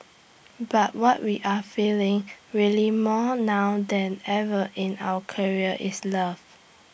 but what we are feeling really more now than ever in our career is love